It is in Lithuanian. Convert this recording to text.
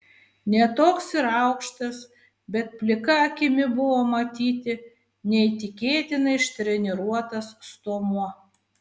ne toks ir aukštas bet plika akimi buvo matyti neįtikėtinai ištreniruotas stuomuo